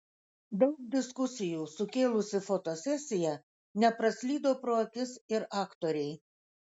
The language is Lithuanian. daug diskusijų sukėlusi fotosesija nepraslydo pro akis ir aktorei